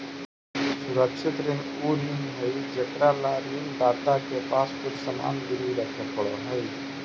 सुरक्षित ऋण उ ऋण हइ जेकरा ला ऋण दाता के पास कुछ सामान गिरवी रखे पड़ऽ हइ